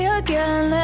again